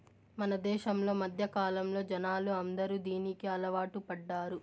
మన దేశంలో మధ్యకాలంలో జనాలు అందరూ దీనికి అలవాటు పడ్డారు